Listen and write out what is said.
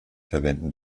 verwenden